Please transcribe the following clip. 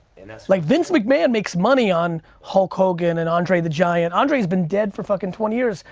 like vince mcmahon makes money on hulk hogan and andre the giant. andre's been dead for fuckin' twenty years.